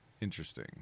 Interesting